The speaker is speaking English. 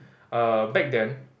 uh back then